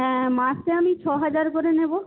হ্যাঁ মাসে আমি ছ হাজার করে নেব